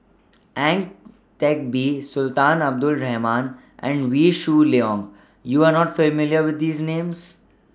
Ang Teck Bee Sultan Abdul Rahman and Wee Shoo Leong YOU Are not familiar with These Names